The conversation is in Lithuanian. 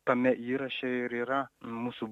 tame įraše ir yra mūsų